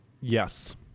Yes